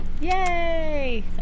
Yay